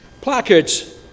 Placards